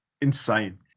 insane